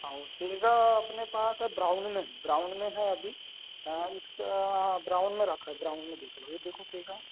हाँ वो सेगा अपने पास सर ब्राउन में है ब्राउन में है अभी इसका ब्राउन में रखा है ब्राउन ही देख ले ये देखो सेगा